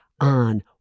on